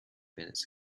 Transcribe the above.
minutes